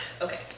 okay